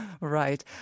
Right